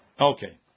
Okay